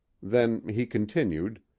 then he continued